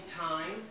time